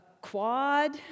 quad